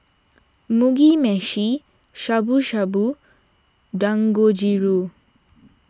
Mugi Meshi Shabu Shabu and Dangojiru